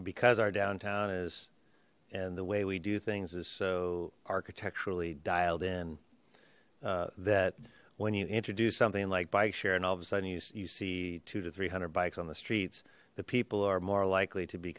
because our downtown is and the way we do things is so architecturally dialed in uh that when you introduce something like bike share and all of a sudden you you see two to three hundred bikes on the streets the people who are more likely to be